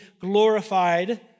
glorified